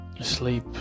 sleep